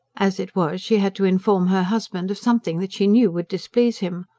as it was, she had to inform her husband of something that she knew would displease him.